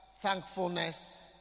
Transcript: thankfulness